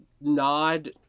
nod